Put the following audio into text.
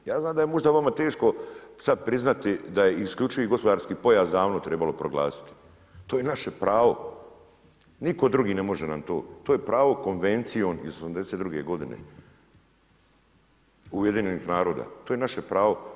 Ja znam da je možda vama teško sada priznati da je isključivi gospodarski pojas davno trebalo proglasiti, to je naše pravo, nitko drugi ne može nam to, to je pravo konvencijom iz '82. godine UN-a, to je naše pravo.